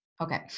Okay